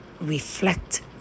reflect